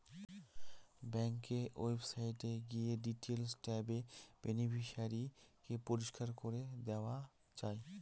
bank ওয়েবসাইটে গিয়ে delete ট্যাবে বেনিফিশিয়ারি কে পরিষ্কার করে দেওয়া যায়